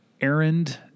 errand